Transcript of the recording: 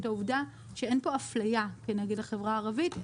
את העובדה שאין פה אפליה כנגד החברה הערבית,